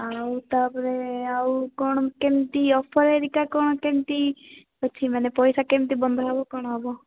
ଆଉ ତାପରେ ଆଉ କ'ଣ କେମିତି ଅଫର ଧରିକା କ'ଣ କେମିତି ଅଛି ମାନେ ପଇସା କେମିତି ବନ୍ଧା ହେବ କ'ଣ ହେବ